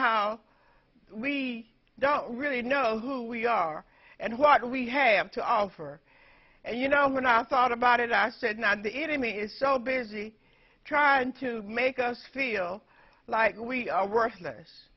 how we don't really know who we are and what we have to offer and you know when i thought about it i said now the enemy is so busy trying to make us feel like we are worthless